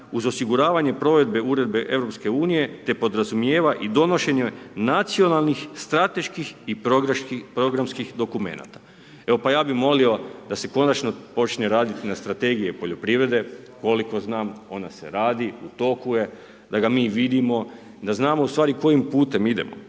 uz osiguravanje provedbe uredbe EU-a te podrazumijeva i donošenje nacionalnih, strateških i programskih dokumenata. Evo pa ja bih molio da se konačno počne raditi na strategiji poljoprivrede, koliko znam, ona se radi, u toku je, da ga mi vidimo, da znamo ustvari kojim putem idemo.